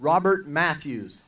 robert matthews